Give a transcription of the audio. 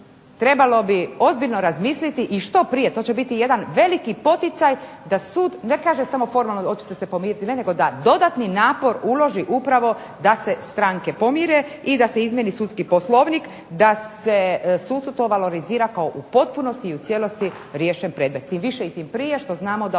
trebalo bi ozbiljno razmisliti i to što prije. To će biti jedan veliki poticaj da sud ne kaže samo formalno hoćete se pomiriti. Ne, nego da dodatni napor uloži upravo da se stranke pomire i da se izmjeni sudski poslovnik, da se sucu to valorizira kao u potpunosti i u cijelosti riješen predmet. Tim više i prije što znamo da